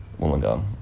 Wollongong